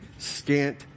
scant